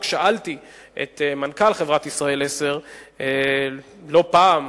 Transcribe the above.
שאלתי את מנכ"ל חברת "ישראל 10" לא פעם,